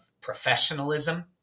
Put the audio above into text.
professionalism